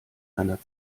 einer